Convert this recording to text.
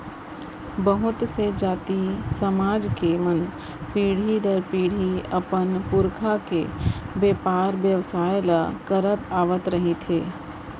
बहुत से जाति, समाज के मन पीढ़ी दर पीढ़ी अपन पुरखा के बेपार बेवसाय ल करत आवत रिहिथे